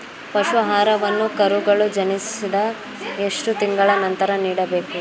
ಪಶು ಆಹಾರವನ್ನು ಕರುಗಳು ಜನಿಸಿದ ಎಷ್ಟು ತಿಂಗಳ ನಂತರ ನೀಡಬೇಕು?